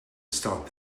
start